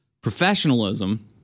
professionalism